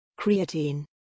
Creatine